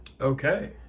Okay